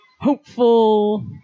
hopeful